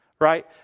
right